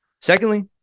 Secondly